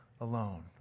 alone